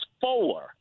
four